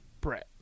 Brett